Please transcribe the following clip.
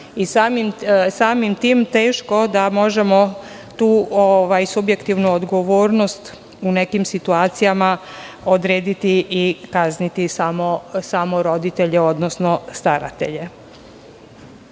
Samim tim je teško da možemo tu subjektivnu odgovornost u nekim situacijama odrediti i kazniti samo roditelje, odnosno staratelje.